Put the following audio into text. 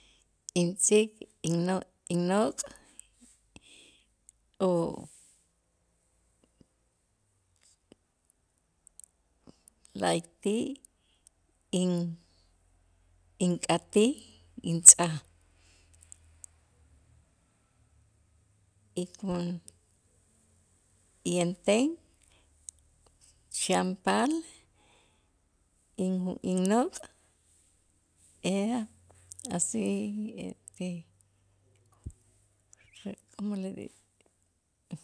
Intz'ik in- inno innok' o la'ayti' in- ink'atij intz'aj y co yanten chanpal inju innok' era asi como le dicen.